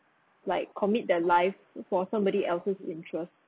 like commit their life for somebody else's interest